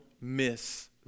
miss